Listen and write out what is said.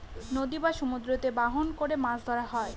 নদী বা সমুদ্রতে বাহন করে মাছ ধরা হয়